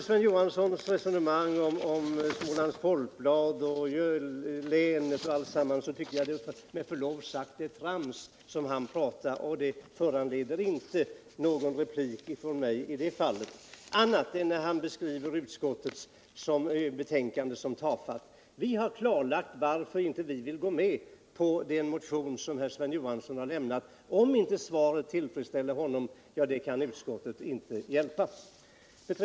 Sven Johanssons resonemang om Smålands Folkblad, länet och alltsammans tycker jag med förlov sagt är trams, och det föranleder inte någon replik från mig annat än när han beskriver utskottets betänkande som tafatt. Vi har klarlagt varför vi inte vill gå med på den motion som Sven Johansson har väckt. Om inte svaret tillfredsställer honom kan inte utskottet hjälpa det.